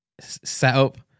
setup